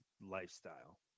lifestyle